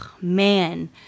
man